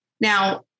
Now